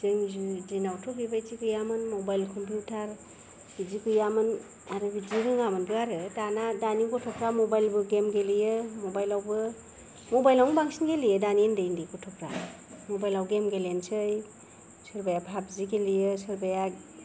जोंनि दिनावथ' बेबायदि गैयामोन मबाइल कम्पिउटार बिदि गैयामोन आरो बिदि रोङामोनबो आरो दाना दानि गथ'फ्रा मबाइल बो गेम गेलेयो मबाइलावबो बांसिन गेलेयो दानि उन्दै उन्दै गथ'फ्रा मबाइलाव गेम गेलेनोसै सोरबाया फाबजि गेलेयो सोरबाया